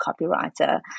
copywriter